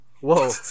Whoa